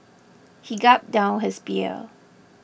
he gulped down his beer